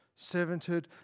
Servanthood